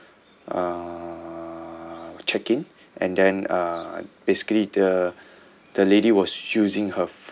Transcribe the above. err check in and then uh basically the the lady was choosing her